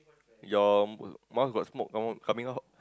your mouth got smoke come out coming out